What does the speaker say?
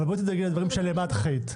אבל בואי תדאגי לדברים שאת אחראית להם.